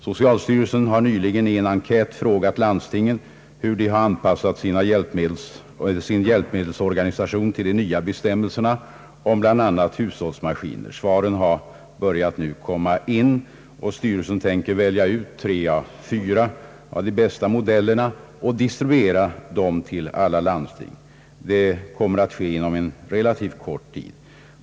Socialstyrelsen har nyligen i en enkät frågat landstingen hur de har anpassat sin hjälpmedelsorganisation till de nya bestämmelserna om bi. a. hushållsmaskiner. Svaren har nu börjat komma in, och styrelsen tänker välja ut tre å fyra av de bästa modellerna och distribuera dem till alla landsting. Detta kommer att ske inom en relativt kort tid.